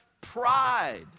pride